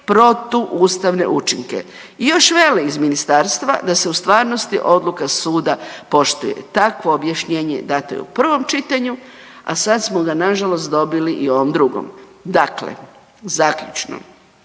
protuustavne učinke i još vele iz ministarstva da se u stvarnosti odluka suda poštuje i takvo objašnjenje date u prvom čitanju, a sad smo ga nažalost dobili i u ovom drugom. Dakle zaključno,